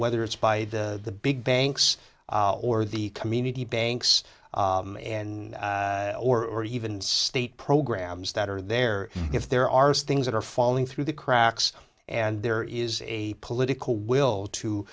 whether it's by the the big banks or the community banks and or even state programs that are there if there are stings that are falling through the cracks and there is a political will to